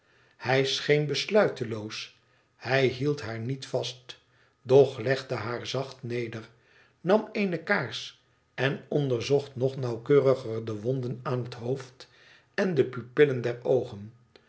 hij scheen besluiteloos hij hield haar niet vast doch legde haar zacht neder nam eene kaars en onderzocht nog nauwkeuriger de wonden aan het hoofd en de pupillen der oogen